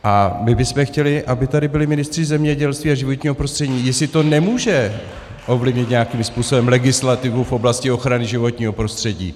A my bychom chtěli, aby tady byli ministři zemědělství a životního prostředí jestli to nemůže ovlivnit nějakým způsobem legislativu v oblasti ochrany životního prostředí.